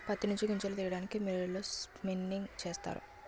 ప్రత్తి నుంచి గింజలను తీయడానికి మిల్లులలో స్పిన్నింగ్ చేస్తారు